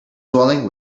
dwelling